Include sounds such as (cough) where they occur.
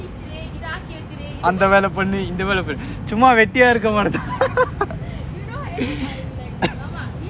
அந்த வேல பன்னு இந்த வேல பன்னு சும்மா வெட்டியா இருக்குற மாறிதான்:antha vela pannu intha vela pannu summa vettiya irukkura marithaan (laughs)